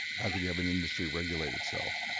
how could you have an industry regulate itself.